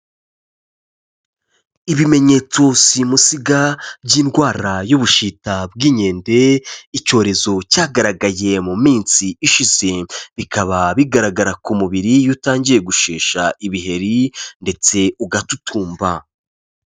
Ibimenyetso simusiga by'indwara y'ubushita bw'inkende, icyorezo cyagaragaye mu minsi ishize. Bikaba bigaragara ku mubiri iyo utangiye gushesha ibiheri ndetse ugatutumba.